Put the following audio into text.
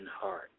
heart